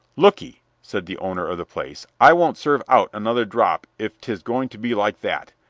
lookee, said the owner of the place, i won't serve out another drop if tis going to be like that.